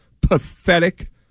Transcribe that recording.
pathetic